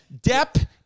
Depp